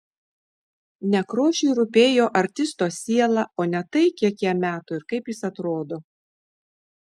nekrošiui rūpėjo artisto siela o ne tai kiek jam metų ir kaip jis atrodo